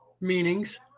meanings